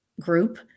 group